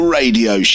radio